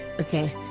okay